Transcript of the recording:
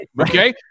okay